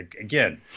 again